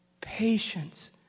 patience